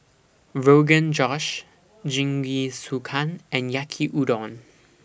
Rogan Josh Jingisukan and Yaki Udon